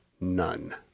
none